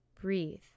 Breathe